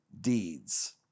deeds